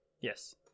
Yes